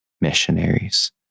missionaries